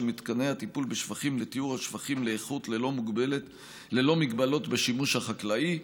מתקני הטיפול בשפכים לטיהור השפכים לאיכות ללא מגבלות בשימוש החקלאי.